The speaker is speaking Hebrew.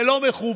זה לא מכובד,